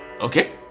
okay